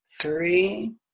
three